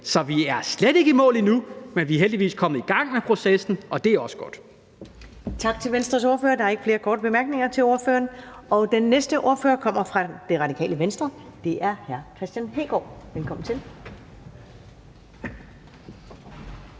Så vi er slet ikke i mål endnu, men vi er heldigvis kommet i gang med processen, og det er også godt. Kl. 14:14 Første næstformand (Karen Ellemann): Tak til Venstres ordfører. Der er ikke flere korte bemærkninger til ordføreren. Den næste ordfører kommer fra Det Radikale Venstre, og det er hr. Kristian Hegaard. Velkommen til.